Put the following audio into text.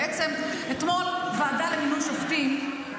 בעצם אתמול הוועדה למינוי שופטים,